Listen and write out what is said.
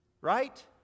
Right